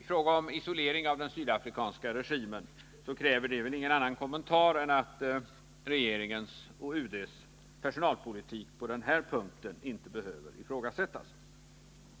i fråga om isolering av den sydafrikanska regimen kräver det väl ingen annan kommentar än att regeringens och UD:s personalpolitik på den punkten inte behöver ifrågasättas.